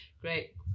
Great